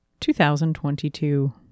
2022